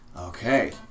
Okay